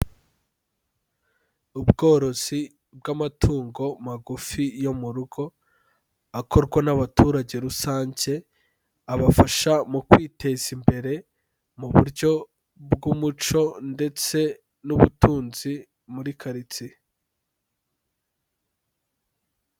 Ubworozi bw'amatungo magufi yo mu rugo akorwa n'abaturage rusange, abafasha mu kwiteza imbere mu buryo bw'umuco ndetse n'ubutunzi muri quartier.